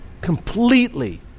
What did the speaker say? Completely